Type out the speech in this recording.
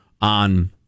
on